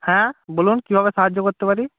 হ্যাঁ বলুন কীভাবে সাহায্য করতে পারি